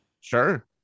Sure